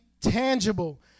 tangible